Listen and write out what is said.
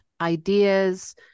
ideas